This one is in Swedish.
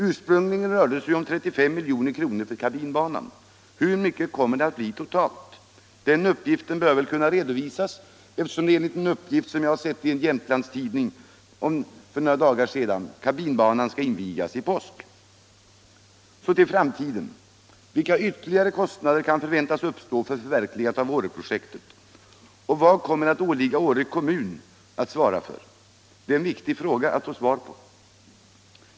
Ursprungligen rörde det sig ju om ca 35 milj.kr. för kabinbanan. Hur mycket kommer det att bli totalt? Den uppgiften bör väl kunna redovisas eftersom — enligt en uppgift som jag läst i en Jämtlandstidning för några dagar sedan — kabinbanan skall invigas i påsk. Så till framtiden: Vilka ytterligare kostnader kan förväntas uppstå för förverkligandet av Åreprojektet, och vad kommer att åligga Åre kommun att svara för? Det är viktiga frågor att få svar på.